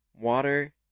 Water